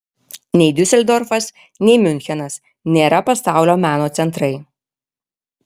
nei diuseldorfas nei miunchenas nėra pasaulio meno centrai